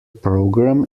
program